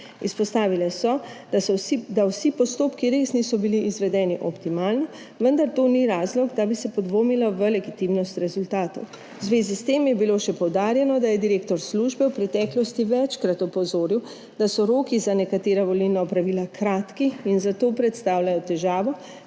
Izpostavile so, da vsi postopki res niso bili izvedeni optimalni, vendar to ni razlog, da bi se podvomilo v legitimnost rezultatov. V zvezi s tem je bilo še poudarjeno, da je direktor službe v preteklosti večkrat opozoril, da so roki za nekatera volilna opravila kratki in zato predstavljajo težavo